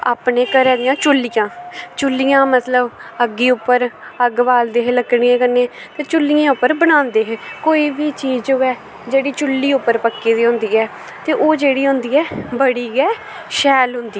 अपने घरे दियां चुल्लियां चुल्लियां मतलव अग्गी उप्पर अग्ग बालदे हे लकड़ियें कन्नै ते चुल्लियें उप्पर बनांदे हे कोई बी चीज़ होऐ जेह्ड़ी चुल्ली उप्पर पक्की दी होंदी ऐ ते ओह् जेह्ड़ी होंदी ऐ ते बड़ी गै शैल होंदी ऐ